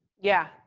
yeah.